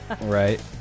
Right